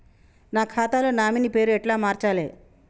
నా ఖాతా లో నామినీ పేరు ఎట్ల మార్చాలే?